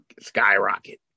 Skyrocket